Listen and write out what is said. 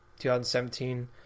2017